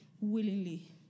willingly